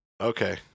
Okay